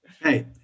hey